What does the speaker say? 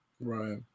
Right